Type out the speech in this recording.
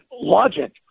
logic